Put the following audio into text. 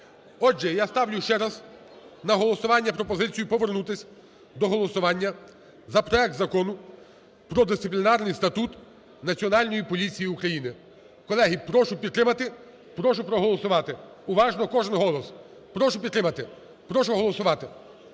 Отже, я ставлю ще раз на голосування пропозицію повернутися до голосування за проект Закону про Дисциплінарний статут Національної поліції України. Колеги, прошу підтримати, прошу проголосувати уважно кожен голос. Прошу підтримати, прошу голосувати.